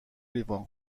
لیوان